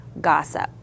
gossip